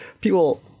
people